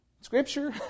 scripture